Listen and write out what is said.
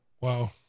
Wow